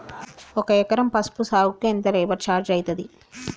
ఒక ఎకరం పసుపు సాగుకు ఎంత లేబర్ ఛార్జ్ అయితది?